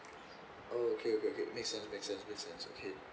oh okay okay okay make sense make sense make sense okay